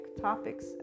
topics